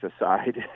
aside